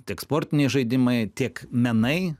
tiek sportiniai žaidimai tiek menai